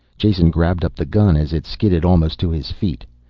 jason grabbed up the gun as it skidded almost to his feet.